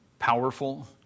Powerful